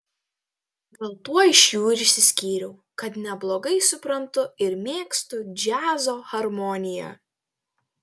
gal tuo iš jų ir išsiskyriau kad neblogai suprantu ir mėgstu džiazo harmoniją